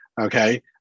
okay